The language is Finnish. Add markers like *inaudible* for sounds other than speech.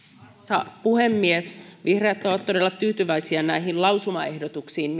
arvoisa puhemies vihreät ovat todella tyytyväisiä näihin lausumaehdotuksiin *unintelligible*